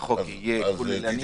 שהחוק יהיה כוללני ומקיף.